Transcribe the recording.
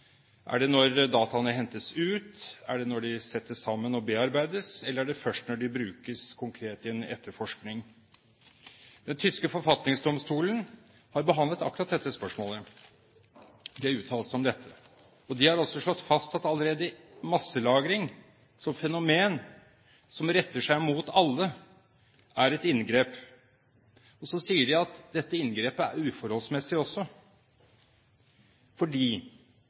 Er det når dataene hentes ut? Er det når de settes sammen og bearbeides, eller er det først når de brukes konkret i en etterforskning? Den tyske forfatningsdomstolen har behandlet akkurat dette spørsmålet. De har uttalt seg om dette, og de har også slått fast at allerede masselagring som fenomen, som retter seg mot alle, er et inngrep. De sier også at dette inngrepet er uforholdsmessig, fordi